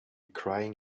crying